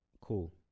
cool